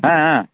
ஆ ஆ